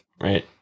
Right